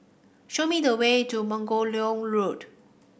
show me the way to Margoliouth Road